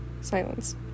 Silence